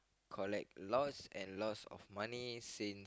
collect lots of and lots of money since